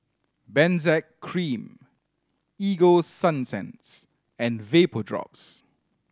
Benzac Cream Ego Sunsense and Vapodrops